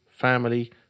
family